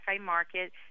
market